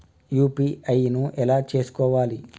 UPI ను ఎలా చేస్కోవాలి?